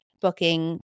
booking